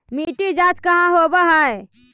मिट्टी जाँच कहाँ होव है?